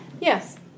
Yes